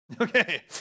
Okay